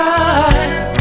eyes